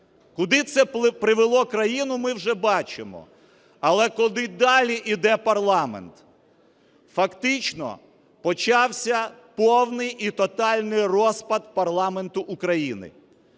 Куди це привело країну – ми вже бачимо. Але куди далі йде парламент? Фактично почався повний і тотальний розпад парламенту України.